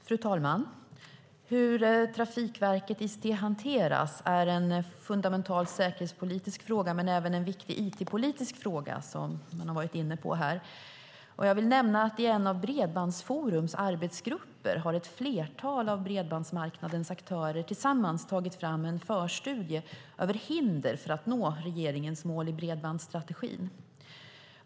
Fru talman! Hur Trafikverket ICT hanteras är en fundamental säkerhetspolitisk fråga men även en viktig it-politisk fråga, som man har varit inne på här. Jag vill nämna att i en av Bredbandsforums arbetsgrupper har ett flertal av bredbandsmarknadens aktörer tillsammans tagit fram en förstudie över hinder för att nå regeringens mål i bredbandsstrategin.